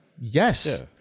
Yes